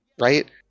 Right